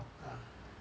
ah